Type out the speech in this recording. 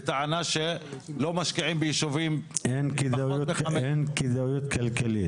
בטענה שלא משקיעים בישובים --- אין כדאיות כלכלית.